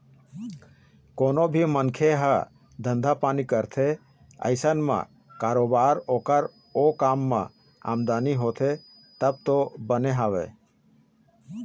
कोनो भी मनखे ह धंधा पानी करथे अइसन म बरोबर ओखर ओ काम म आमदनी होथे तब तो बने हवय